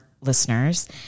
listeners